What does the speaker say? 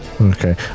Okay